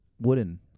wooden